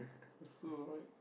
it's still alright